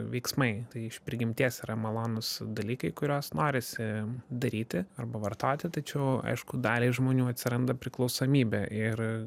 veiksmai tai iš prigimties yra malonūs dalykai kuriuos norisi daryti arba vartoti tačiau aišku daliai žmonių atsiranda priklausomybė ir